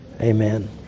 Amen